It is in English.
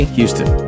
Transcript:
Houston